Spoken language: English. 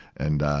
and, ah,